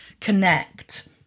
connect